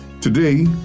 Today